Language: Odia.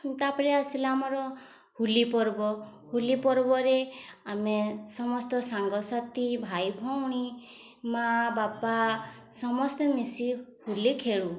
ତା'ପରେ ଆସିଲା ଆମର ହୋଲି ପର୍ବ ହୋଲି ପର୍ବରେ ଆମେ ସମସ୍ତ ସାଙ୍ଗସାଥି ଭାଇ ଭଉଣୀ ମାଆ ବାପା ସମସ୍ତେ ମିଶି ହୋଲି ଖେଳୁ